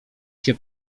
się